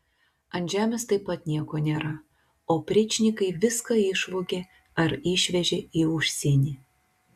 ant žemės taip pat nieko nėra opričnikai viską išvogė ar išvežė į užsienį